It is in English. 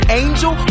angel